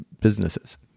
businesses